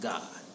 God